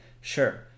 sure